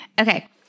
Okay